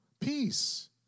peace